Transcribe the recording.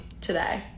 today